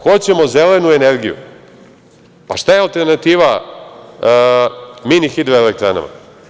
Hoćemo zelenu energiju, pa šta je alternativa mini hidroelektranama?